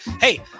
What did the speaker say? Hey